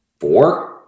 four